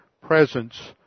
presence